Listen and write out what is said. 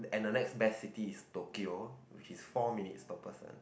and the next best city is Tokyo which is four minutes per person